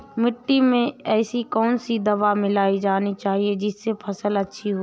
मिट्टी में ऐसी कौन सी दवा मिलाई जानी चाहिए जिससे फसल अच्छी हो?